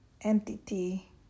entity